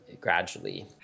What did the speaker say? gradually